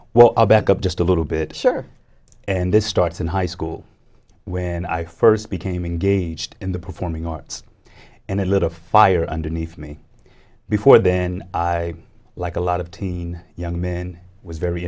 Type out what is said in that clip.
i'll back up just a little bit sure and this starts in high school when i first became engaged in the performing arts and a little fire underneath me before then i like a lot of teen young men was very